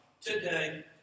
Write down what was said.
today